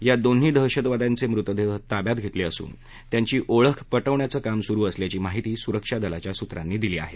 या दोन्ही दहशतवाद्यांचे मृतदेह ताब्यात घेतले असून त्यांची ओळख पटवण्याचं काम सुरु असल्याची माहिती सुरक्षा दलाच्या सुत्रांनी दिली आहे